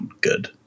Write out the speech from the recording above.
good